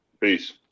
Peace